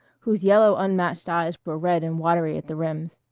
whose yellow unmatched eyes were red and watery at the rims.